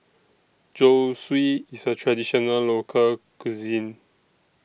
Zosui IS A Traditional Local Cuisine